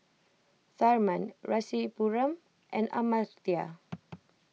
Tharman Rasipuram and Amartya